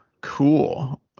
cool